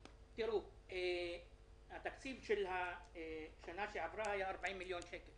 תראו, התקציב של השנה שעברה היה 40 מיליון שקל